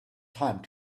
time